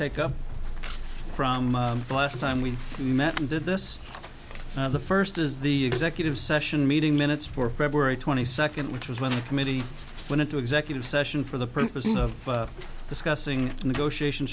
take up from the last time we met and did this the first is the executive said meeting minutes for february twenty second which was when the committee went into executive session for the purpose of discussing negotiation